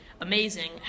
amazing